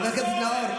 חבר הכנסת נאור.